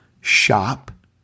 Shop